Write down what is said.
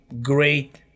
great